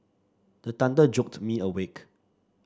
the thunder jolt me awake